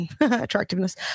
attractiveness